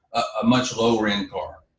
a much lower in car.